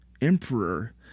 emperor